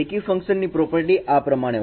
બેકી ફંકશનની પ્રોપર્ટી આ પ્રમાણે હોય છે